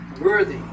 worthy